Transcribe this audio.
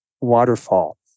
waterfall